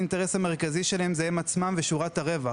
האינטרס המרכזי שלהן הוא הן עצמן ושורת הרווח,